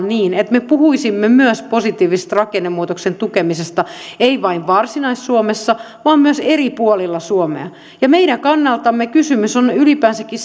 niin että me puhuisimme myös positiivisen rakennemuutoksen tukemisesta ei vain varsinais suomessa vaan myös eri puolilla suomea meidän kannaltamme kysymys on ylipäänsäkin